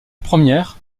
première